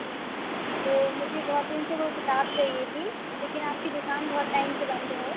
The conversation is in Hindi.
जी तो मुझे बहुत दिन से वह किताब चाहिए थी लेकिन आपकी दुकान बहुत टाइम से बंद है